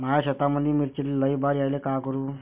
माया शेतामंदी मिर्चीले लई बार यायले का करू?